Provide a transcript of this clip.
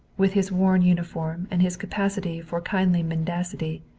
with his worn uniform and his capacity for kindly mendacity.